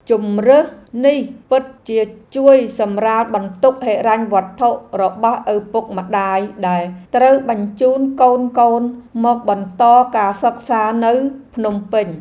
ជម្រើសនេះពិតជាជួយសម្រាលបន្ទុកហិរញ្ញវត្ថុរបស់ឪពុកម្ដាយដែលត្រូវបញ្ជូនកូនៗមកបន្តការសិក្សានៅភ្នំពេញ។